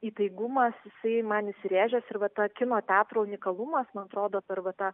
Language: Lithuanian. įtaigumas jisai man įsirėžęs ir va ta kino teatro unikalumas man atrodo per va tą